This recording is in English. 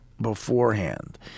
beforehand